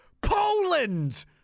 Poland